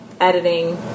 editing